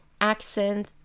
accent